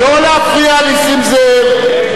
לא להפריע, נסים זאב.